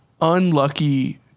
unlucky